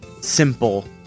simple